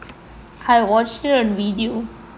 I watched it on video